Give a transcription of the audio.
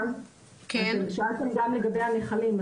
שאלתם גם לגבי הנחלים,